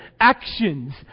actions